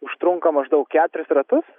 užtrunka maždaug keturis ratus